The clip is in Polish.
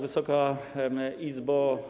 Wysoka Izbo!